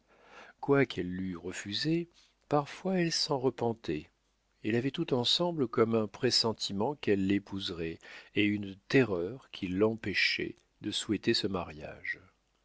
quoiqu'elle l'eût refusé parfois elle s'en repentait elle avait tout ensemble comme un pressentiment qu'elle l'épouserait et une terreur qui l'empêchait de souhaiter ce mariage